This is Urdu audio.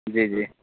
جی جی